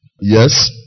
Yes